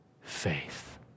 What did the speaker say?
faith